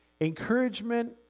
Encouragement